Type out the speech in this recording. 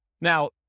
Now